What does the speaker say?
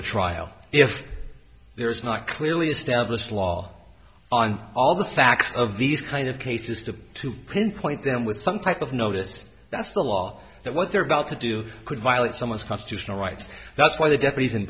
to trial if there's not clearly established law on all the facts of these kind of cases the to pinpoint them with some type of notice that's the law that what they're about to do could violate someone's constitutional rights that's why they get reason